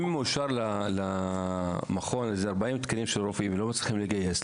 אם מאושר למכון איזה 40 תקנים של רופאים ולא מצליחים לגייס,